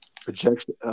projection